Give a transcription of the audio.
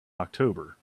october